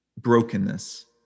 brokenness